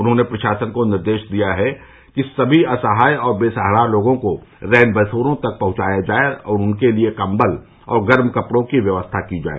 उन्होंने प्रशासन को निर्देश दिया कि सभी असहाय और बेसहारा लोगों को रैन बसेरों तक पहंचाया जाए और उनके लिये कम्बल और गर्म कपड़ों की व्यवस्था की जाए